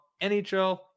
NHL